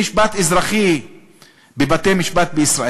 במשפט אזרחי בבתי-משפט בישראל.